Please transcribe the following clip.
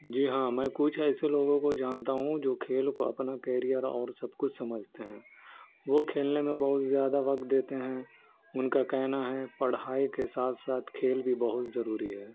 جی ہاں میں کچھ ایسے لوگوں کو جانتا ہوں جو کھیل کو اپنا کیریئر اور سب کچھ سمجھتے ہیں وہ کھیلنے میں بہت زیادہ وقت دیتے ہیں ان کا کہنا ہے پڑھائی کے ساتھ ساتھ کھیل بھی بہت ضروری ہے